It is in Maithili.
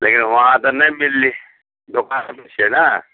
लेकिन वहाँ तऽ नहि मिलली दोकान छियै ने